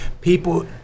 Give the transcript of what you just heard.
people